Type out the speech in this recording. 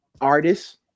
artists